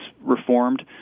reformed